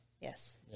Yes